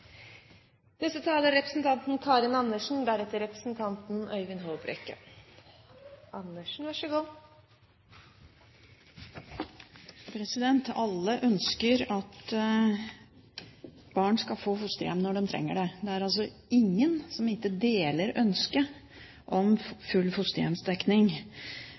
Alle ønsker at barn skal få fosterhjem når de trenger det. Det er altså ingen som ikke deler ønsket om full fosterhjemsdekning,